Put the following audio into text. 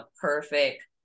perfect